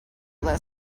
list